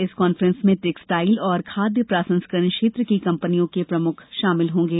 इस कॉफ्रेंस में टेक्सटाइल और खाद्य संस्करण क्षेत्र की कंपनियों के प्रमुख शामिल होंगे